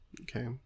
Okay